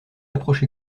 l’approche